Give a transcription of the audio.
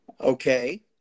Okay